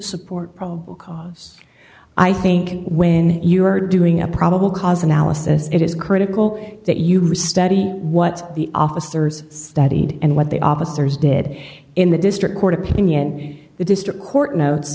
support probable cause i think when you are doing a probable cause analysis it is critical that you restudy what the officers studied and what the officers did in the district court opinion the district court notes